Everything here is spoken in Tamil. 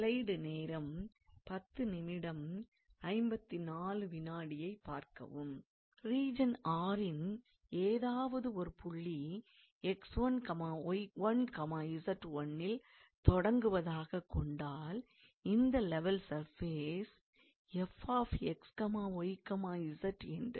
ரீஜன் R ன் ஏதாவது ஒரு புள்ளி 𝑥1𝑦1𝑧1 யில் தொடங்குவதாகக் கொண்டால் இந்த லெவல் சர்ஃபேஸ் 𝑓𝑥𝑦𝑧 அந்தப் புள்ளியின் வழியாகக் கடந்து செல்லும்